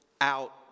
out